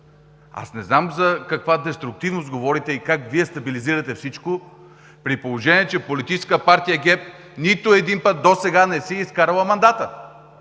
Не знам за каква деструктивност говорите и как Вие стабилизирате всичко, при положение че Политическа партия ГЕРБ нито един път досега не си е изкарала мандата!